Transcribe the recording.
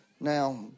Now